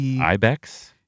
ibex